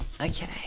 okay